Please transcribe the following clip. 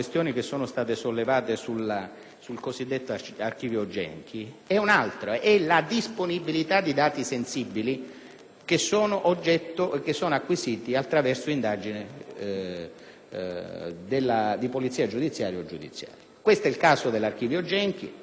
sul cosiddetto archivio Genchi) è la disponibilità di dati sensibili che sono acquisiti attraverso indagini di polizia giudiziaria. Questo è il caso dell'archivio Genchi, nel senso che, qualora vi fosse un archivio